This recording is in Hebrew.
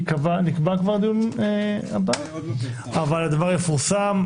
דיון הבא - הדבר יפורסם.